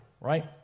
right